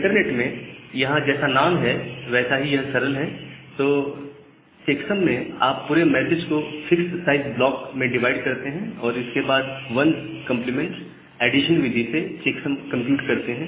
internet में यहां जैसा नाम है वैसा ही सरल तरीका है तो चेक्सम में आप पूरे मैसेज को फिक्स्ड साइज ब्लॉक मे डिवाइड करते हैं और इसके बाद 1's कंप्लीमेंट एडिशन विधि से चेक्सम कंप्यूट करते हैं